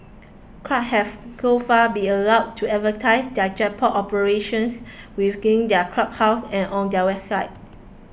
clubs have so far been allowed to advertise their jackpot operations within their clubhouses and on their websites